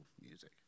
music